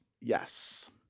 Yes